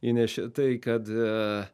įnešė tai kad